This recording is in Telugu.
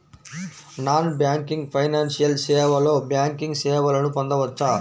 నాన్ బ్యాంకింగ్ ఫైనాన్షియల్ సేవలో బ్యాంకింగ్ సేవలను పొందవచ్చా?